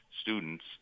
students